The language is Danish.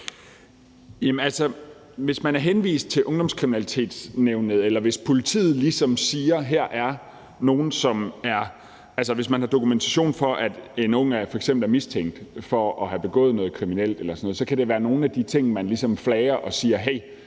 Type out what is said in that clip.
hvis man er henvist til Ungdomskriminalitetsnævnet, eller hvis politiet ligesom siger, at her har man dokumentation for, at en ung f.eks. er mistænkt for at have begået noget kriminelt eller sådan noget, så kan det være nogle af de ting, man ligesom sådan